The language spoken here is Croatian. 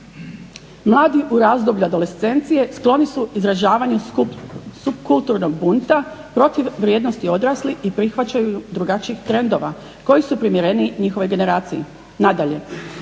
Mladi u razdoblju adolescencije skloni su izražavanju subkulturnog bunta protiv vrijednosti odraslih i prihvaćaju drugačijih trendova koji su primjereniji njihovoj generaciji. Nadalje